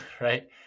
right